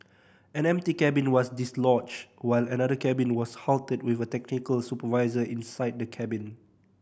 an empty cabin was dislodged while another cabin was halted with a technical supervisor inside the cabin